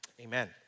Amen